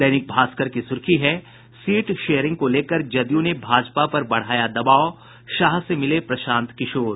दैनिक भास्कर की सुर्खी है सीट शेयरिंग को लेकर जदयू ने भाजपा पर बढ़ाया दबाव शाह से मिले प्रशांत किशोर